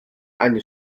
eine